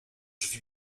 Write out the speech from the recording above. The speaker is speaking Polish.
drzwi